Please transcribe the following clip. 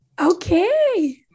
Okay